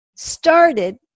started